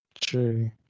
True